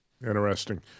Interesting